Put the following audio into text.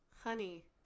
Honey